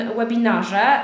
webinarze